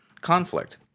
conflict